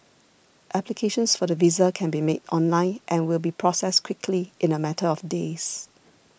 applications for the visa can be made online and will be processed quickly in a matter of days